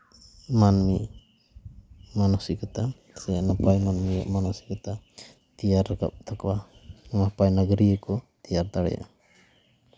ᱢᱟᱹᱱᱢᱤ ᱢᱟᱱᱚᱥᱤᱠᱚᱛᱟ ᱥᱮ ᱱᱟᱯᱟᱭ ᱢᱟᱱᱚᱥᱤᱠᱚᱛᱟ ᱛᱮᱭᱟᱨ ᱨᱟᱠᱟᱵ ᱛᱟᱠᱚᱣᱟ ᱱᱟᱯᱟᱭ ᱱᱟᱹᱜᱟᱹᱨᱤᱭᱟᱹ ᱠᱚ ᱛᱮᱭᱟᱨ ᱫᱟᱲᱮᱭᱟᱜᱼᱟ